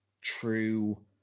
true